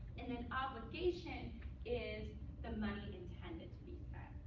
and an obligation is the money intended to be spent.